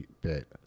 bit